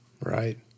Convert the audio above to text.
Right